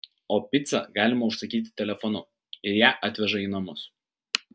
o picą galima užsakyti telefonu ir ją atveža į namus